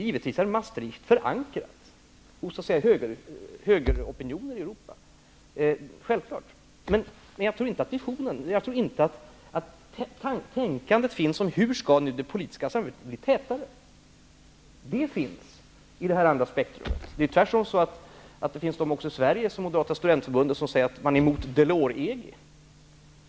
Givetvis är Maastrichtavtalet förankrat hos högeropinioner i Europa. Men jag tror inte tänkandet finns om hur det politiska samarbetet skall bli tätare. Detta finns däremot i det andra spektrumet. Tvärtom är det så, också i Sverige, att det finns de, t.ex. Moderata studentförbundet, som säger att man är emot ''Delors-EG''.